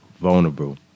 vulnerable